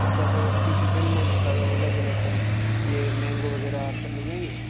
अच्छा जो अभी सीजन में जो सारे अवेलेबल है तर यह मैंगो वगैरह और सब मिल जाएँगे